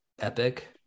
epic